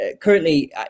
currently